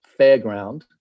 fairground